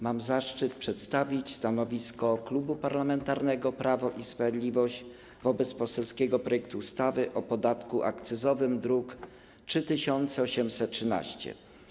Mam zaszczyt przedstawić stanowisko Klubu Parlamentarnego Prawo i Sprawiedliwość wobec poselskiego projektu ustawy o podatku akcyzowym, druk nr 3813.